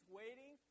waiting